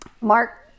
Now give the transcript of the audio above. mark